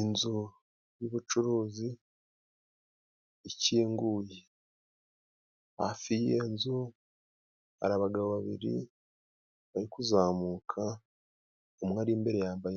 Inzu y'ubucuruzi ikinguye, hafi yiyo nzu hari abagabo babiri bari kuzamuka, umwe ari imbere yambaye